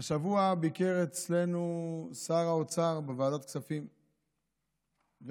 השבוע ביקר אצלנו שר האוצר בוועדת הכספים והציג.